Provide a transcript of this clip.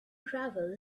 gravel